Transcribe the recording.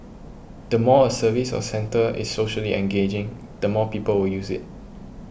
the more a service or centre is socially engaging the more people will use it